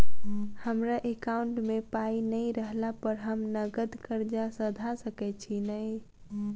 हमरा एकाउंट मे पाई नै रहला पर हम नगद कर्जा सधा सकैत छी नै?